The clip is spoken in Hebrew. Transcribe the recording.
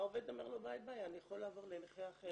העובד אומר לו "ביי ביי, אני יכול לעבור לנכה אחר"